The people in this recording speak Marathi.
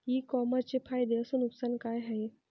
इ कामर्सचे फायदे अस नुकसान का हाये